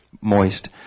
moist